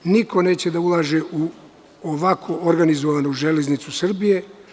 Niko neće da ulaže u ovako organizovanu „Železnicu Srbije“